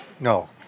no